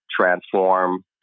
transform